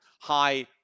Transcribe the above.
high